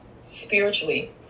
spiritually